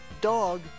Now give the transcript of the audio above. dog